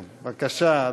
בבקשה,